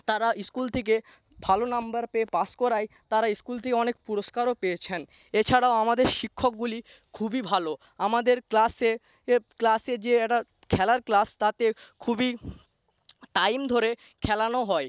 তারা স্কুল থেকে ভালো নাম্বার পেয়ে পাস করায় তারা স্কুল থেকে অনেক পুরস্কারও পেয়েছেন এছাড়াও আমাদের শিক্ষকগুলি খুবই ভালো আমাদের ক্লাসে ক্লাসে যে একটা খেলার ক্লাস তাতে খুবই টাইম ধরে খেলানো হয়